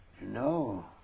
No